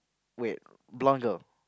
wait blonde girl